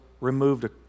removed